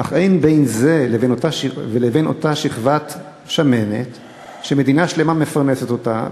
אך אין דבר בין זה לבין אותה שכבת שמנת שמדינה שלמה מפרנסת אותה,